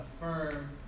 affirm